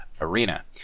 arena